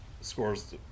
scores